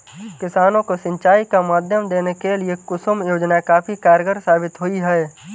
किसानों को सिंचाई का माध्यम देने के लिए कुसुम योजना काफी कारगार साबित हुई है